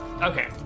Okay